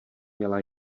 měla